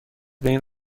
بین